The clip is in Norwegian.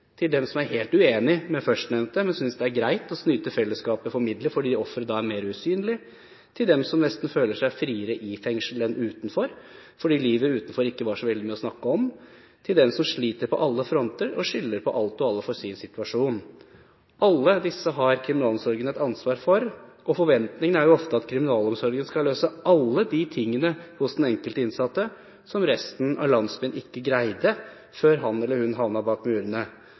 til dem som er helt uenig med førstnevnte, men som synes det er greit å snyte fellesskapet for midler fordi offeret da er mer usynlig, til dem som nesten føler seg friere i fengsel enn utenfor fordi livet utenfor ikke var så veldig mye å snakke, og til dem som sliter på alle fronter og skylder på alt og alle for sin situasjon. Alle disse har kriminalomsorgen et ansvar for, og forventingene er ofte at kriminalomsorgen skal løse alt hos den enkelte innsatte som resten av landsbyen ikke greide før han eller hun havnet bak murene.